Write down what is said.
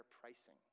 pricing